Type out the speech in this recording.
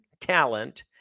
talent –